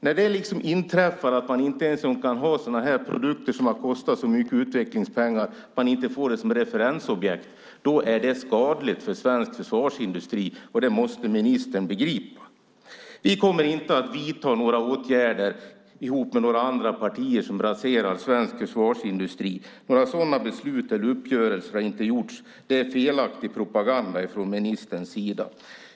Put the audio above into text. När det inträffar att man inte vill ha sådana produkter som har kostat så mycket i utvecklingspengar och man inte får det som referensobjekt är det skadligt för svensk försvarsindustri. Det måste ministern begripa. Vi kommer inte att vidta några åtgärder ihop med några andra partier som raserar svensk försvarsindustri. Några sådana beslut eller uppgörelser har inte gjorts. Det är felaktig propaganda från ministerns sida.